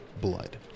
blood